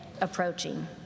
approaching